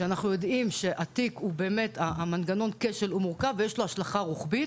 כשאנחנו יודעים שמנגנון הכשל מורכב ויש לו השלכה רוחבית